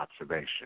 observation